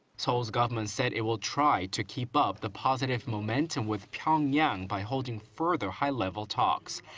seoul's government said it will try to keep up the positive momentum with pyongyang by holding further high-level talks,